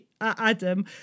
Adam